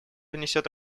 внесет